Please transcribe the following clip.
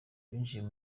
binjiye